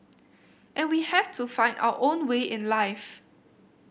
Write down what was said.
and we have to find our own way in life